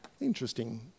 Interesting